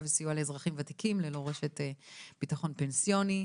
וסיוע לאזרחים ותיקים ללא רשת ביטחון פנסיוני,